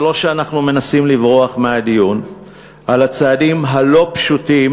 זה לא שאנחנו מנסים לברוח מהדיון על הצעדים הלא-פשוטים